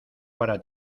para